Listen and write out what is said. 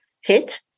hit